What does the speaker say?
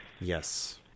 Yes